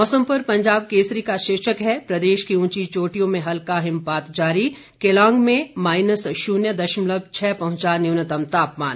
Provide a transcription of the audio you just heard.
मौसम पर पंजाब केसरी का शीर्षक है प्रदेश की ऊंची चोटियों में हल्का हिमपात जारी केलांग में माइनस शून्य दशमलव छह पहुंचा न्यूनतम तापमान